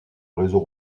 réseau